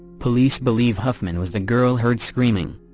police believe huffman was the girl heard screaming.